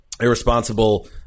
irresponsible